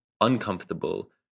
uncomfortable